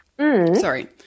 Sorry